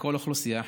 מכל אוכלוסייה אחרת.